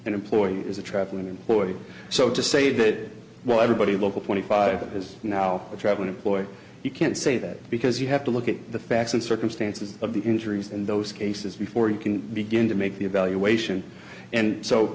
an employee is a traveling employee so to say that while everybody local twenty five is now a traveling boy you can't say that because you have to look at the facts and circumstances of the injuries in those cases before you can begin to make the evaluation and so